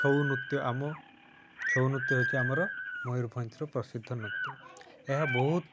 ଛଉ ନୃତ୍ୟ ଆମ ଛଉ ନୃତ୍ୟ ହେଉଛି ଆମର ମୟୂରଭଞ୍ଜର ପ୍ରସିଦ୍ଧ ନୃତ୍ୟ ଏହା ବହୁତ